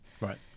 Right